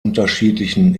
unterschiedlichen